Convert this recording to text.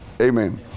Amen